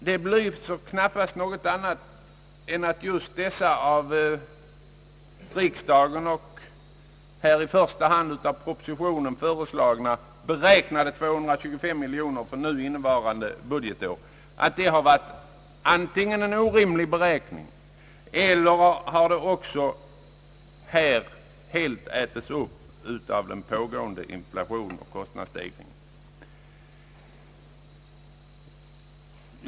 Det belyser knappast någonting annat än att just dessa av riksdagen och i första hand av propositionen föreslagna beräknade 225 miljonerna för innevarande budgetår har varit antingen en orimlig beräkning eller också helt har ätits upp av den pågående inflationen och kostnadsstegringen.